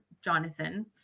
Jonathan